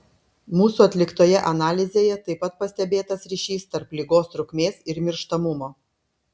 mūsų atliktoje analizėje taip pat pastebėtas ryšys tarp ligos trukmės ir mirštamumo